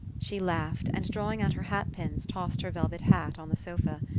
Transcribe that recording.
she laughed, and drawing out her hat pins tossed her velvet hat on the sofa.